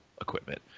equipment